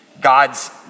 God's